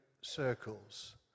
circles